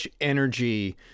energy